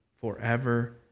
forever